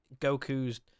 Goku's